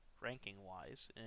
ranking-wise